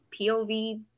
pov